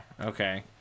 okay